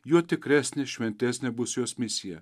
juo tikresnė šventesnė bus jos misija